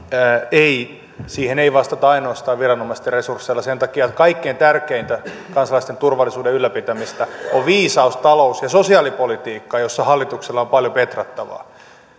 ei vastata ainoastaan viranomaisten resursseilla sen takia kaikkein tärkeintä kansalaisten turvallisuuden ylläpitämistä on viisas talous ja sosiaalipolitiikka jossa hallituksella on paljon petrattavaa